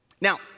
Now